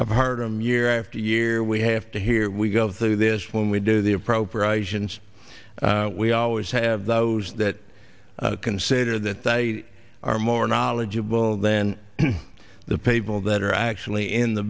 i've heard him year after year we have to hear we go through this when we do the appropriations we always have those that consider that they are more knowledgeable than the people that are actually in the